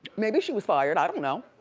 maybe she was fired, i don't know.